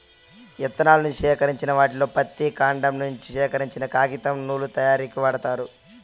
ఇత్తనాల నుంచి సేకరించిన వాటిలో పత్తి, కాండం నుంచి సేకరించినవి కాగితం, నూలు తయారీకు వాడతారు